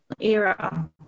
era